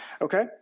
okay